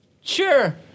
Sure